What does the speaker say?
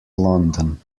london